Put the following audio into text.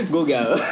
Google